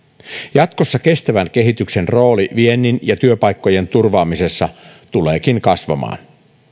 jatkossa kestävän kehityksen rooli viennin ja työpaikkojen turvaamisessa tuleekin kasvamaan